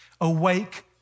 awake